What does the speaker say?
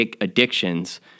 addictions